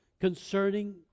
concerning